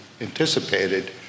anticipated